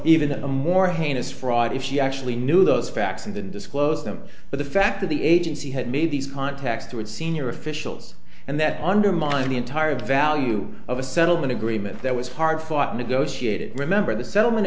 even a more heinous fraud if she actually knew those facts and didn't disclose them but the fact that the agency had made these contacts to its senior officials and that undermined the entire value of a settlement agreement that was hard fought negotiated remember the settlement